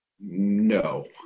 no